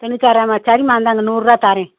தொண்ணுாற்றி ஆறுரூவாமா சரிம்மா இந்தாங்க நூறுரூவா தரேன்